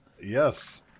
Yes